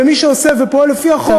ומי שעושה ופועל לפי החוק,